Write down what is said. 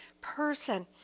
person